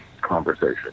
conversation